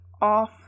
off